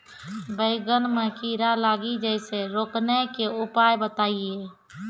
बैंगन मे कीड़ा लागि जैसे रोकने के उपाय बताइए?